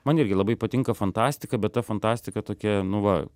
man irgi labai patinka fantastika bet ta fantastika tokia nu va